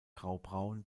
graubraun